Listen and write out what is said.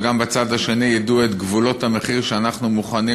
שגם בצד השני ידעו את גבולות המחיר שאנחנו מוכנים